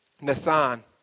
Nathan